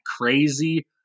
crazy